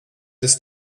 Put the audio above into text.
des